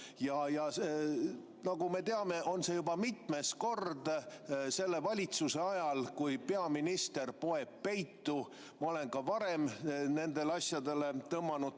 ja nagu teame, on see juba mitmes kord selle valitsuse ajal, kui peaminister poeb peitu. Ma olen ka varem nende asjade puhul tõmmanud